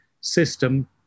system